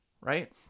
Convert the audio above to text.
right